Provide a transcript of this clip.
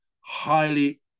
highly